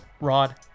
Rod